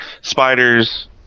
spiders